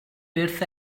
byth